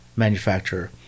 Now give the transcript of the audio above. manufacturer